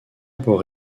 pour